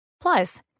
Plus